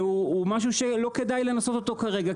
ומשהו שלא כדאי לנסות אותו כרע,